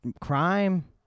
Crime